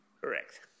Correct